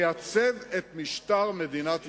לייצב את משטר מדינת ישראל.